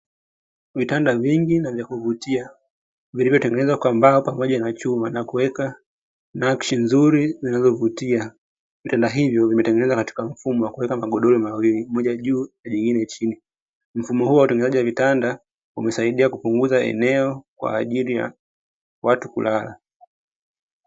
Vitanda vingi na vya kuvutia vilivyo tengenezwa kwa mbao pamoja na chuma na kuwekwa nakshi nzuri zinazo vutia. Vitanda hivyo vimetengenezwa katika mfumo wa kuweka magodoro mawili moja juu lingine chini, mfumo huu wa utengenezaji wa vitanda umesaidia kupunguza eneo kwa ajili ya watu kulala.